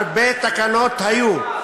הרבה תקנות היו,